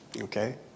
Okay